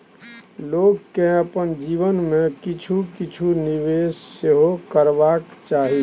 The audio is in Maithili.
लोककेँ अपन जीवन मे किछु किछु निवेश सेहो करबाक चाही